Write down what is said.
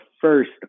first